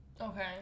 Okay